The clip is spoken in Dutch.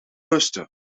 rusten